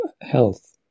health